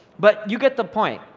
but you get the point.